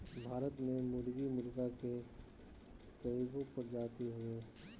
भारत में मुर्गी मुर्गा के कइगो प्रजाति हवे